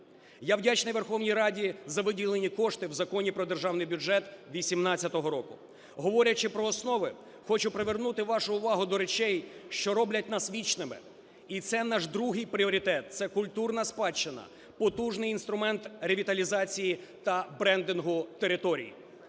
Я вдячний Верховній Раді за виділені кошти в Законі про Державний бюджет 18-го року. Говорячи про основи, хочу привернути вашу увагу до речей, що роблять нас вічними. І це наш другий пріоритет – це культурна спадщина, потужний інструмент ревіталізації та брендингу територій.